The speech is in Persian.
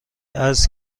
است